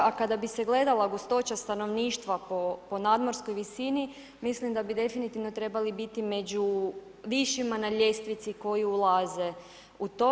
A kada bi se gledala gustoća stanovništva po nadmorskoj visini mislim da bi definitivno trebali biti među višima na ljestvici koji ulaze u to.